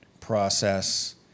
process